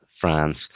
France